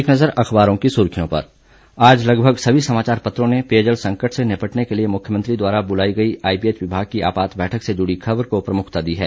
एक नज़र अखबारों की सुर्खियों पर आज लगभग सभी समाचार पत्रों ने पेयजल संकट से निपटने के लिए मुख्यमंत्री द्वारा बुलाई गई आईपीएच विभाग की आपात बैठक से जुड़ी खबर को प्रमुखता दी है